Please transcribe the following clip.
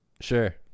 Sure